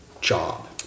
job